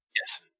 Yes